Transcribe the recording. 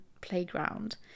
playground